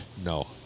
No